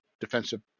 defensive